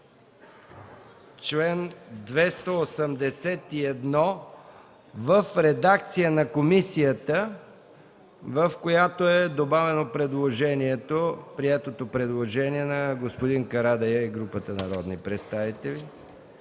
чл. 281 в редакцията на комисията, в която е добавено приетото предложение на господин Карадайъ и групата народни представители,